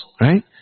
right